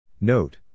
Note